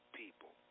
people